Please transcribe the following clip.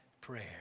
prayer